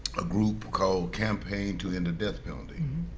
a group called campaign to end the death penalty.